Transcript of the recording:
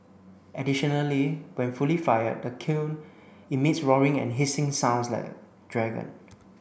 additionally when fully fired the kiln emits roaring and hissing sounds like a dragon